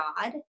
God